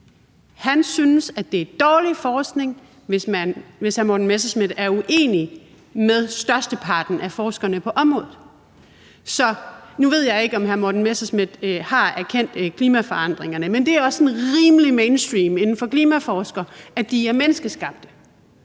synes, at det er dårlig forskning, hvis hr. Morten Messerschmidt er uenig med størsteparten af forskerne på området. Nu ved jeg ikke, om hr. Morten Messerschmidt har erkendt klimaforandringerne, men det er også sådan rimelig mainstream inden for klimaforskningen, at forandringerne er menneskeskabte.